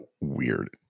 weird